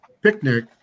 picnic